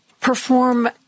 perform